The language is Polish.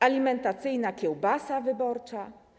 Alimentacyjna kiełbasa wyborcza?